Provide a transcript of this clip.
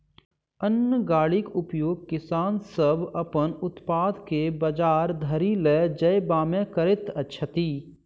अन्न गाड़ीक उपयोग किसान सभ अपन उत्पाद के बजार धरि ल जायबामे करैत छथि